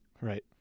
Right